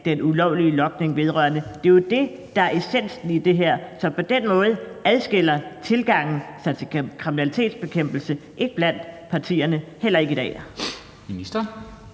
den ulovlige logning af? Det er jo det, der er essensen af det her. Så på den måde er der ikke forskel i tilgangen til kriminalitetsbekæmpelse blandt partierne – heller ikke i dag.